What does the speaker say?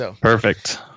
Perfect